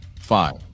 five